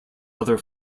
other